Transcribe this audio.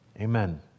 Amen